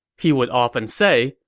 he would often say,